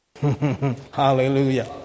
Hallelujah